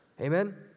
Amen